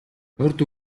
урьд